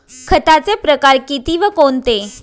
खताचे प्रकार किती व कोणते?